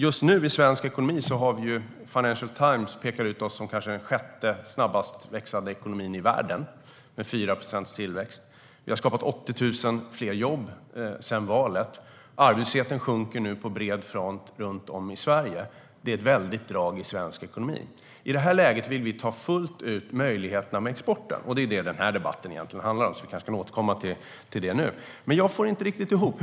Financial Times pekar just nu ut svensk ekonomi som kanske den sjätte snabbast växande ekonomin i världen med en tillväxt på 4 procent. Vi har skapat 80 000 fler jobb sedan valet. Arbetslösheten sjunker på bred front runt om i Sverige. Det är ett väldigt drag i svensk ekonomi. I det läget vill vi fullt ut tillvarata möjligheterna med exporten, och det är det den här debatten egentligen handlar om, så vi kanske kan återkomma till det nu. Men jag får inte riktigt ihop det.